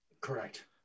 correct